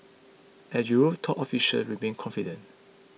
and Europe's top officials remain confident